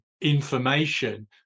information